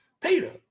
Peter